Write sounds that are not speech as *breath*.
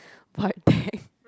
void deck *breath*